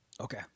Okay